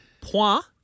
Point